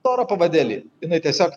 storą pavadėlį jinai tiesiog